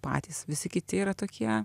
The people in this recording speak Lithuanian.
patys visi kiti yra tokie